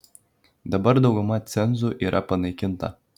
dabar dauguma cenzų yra panaikinta